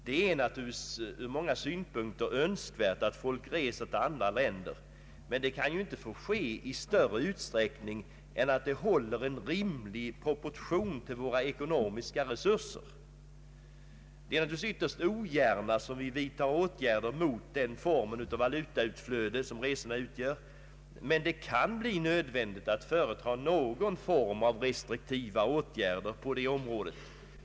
Det är naturligtvis från många synpunkter önskvärt att folk reser till andra länder, men det kan ju inte ske i större utsträckning än att det håller en rimlig proportion till våra ekonomiska resurser. Det är naturligtvis ytterst ogärna som vi vidtar åtgärder mot den form av valutautflöde som resorna utgör, men det kan bli nödvändigt att vidta något slag av restriktiva åtgärder på det området.